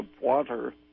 water